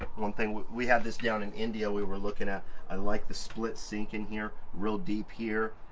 one thing we had this down in indio, we were looking at i like the split sink in here. real deep here,